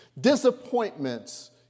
Disappointments